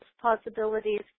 possibilities